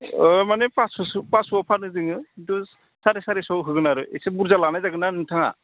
माने पास्स'आव फानो जोङो साराय सारिस' होगोन आरो एसे बुरजा लानाय जागोनना नोंथाङा